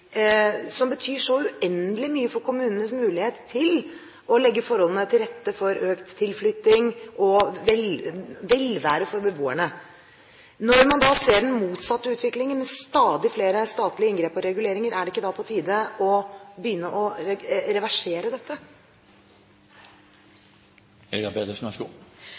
som betyr så uendelig mye for kommunenes mulighet til å legge forholdene til rette for økt tilflytting og velvære for beboerne. Når man da ser den motsatte utviklingen, med stadig flere statlige inngrep og reguleringer, er det ikke da på tide å begynne å reversere dette?